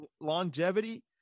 longevity